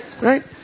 Right